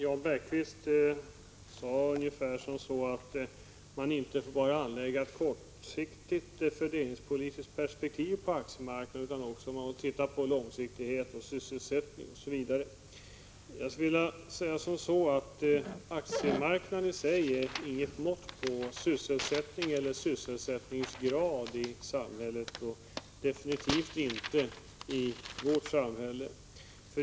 Herr talman! Jan Bergqvist sade ungefär att man inte bara får anlägga ett kortsiktigt fördelningspolitiskt perspektiv på aktiemarknaden utan också måste titta på långsiktighet, sysselsättning osv. Jag skulle vilja säga: Aktiemarknaden i sig är inget mått på sysselsättningen eller sysselsättningsgraden i samhället — definitivt inte i vårt samhälle.